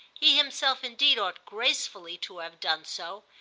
he himself indeed ought gracefully to have done so,